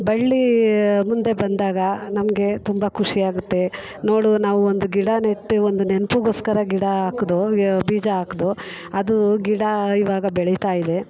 ಬಳ್ಳಿ ಮುಂದೆ ಬಂದಾಗ ನಮಗೆ ತುಂಬ ಖುಷಿಯಾಗುತ್ತೆ ನೋಡು ನಾವು ಒಂದು ಗಿಡ ನೆಟ್ಟು ಒಂದು ನೆನ್ಪಿಗೋಸ್ಕರ ಗಿಡ ಹಾಕಿದ್ವಿ ಬೀಜ ಹಾಕಿದ್ವಿ ಅದೂ ಗಿಡ ಇವಾಗ ಬೆಳೀತಾಯಿದೆ